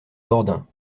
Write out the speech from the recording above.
dordain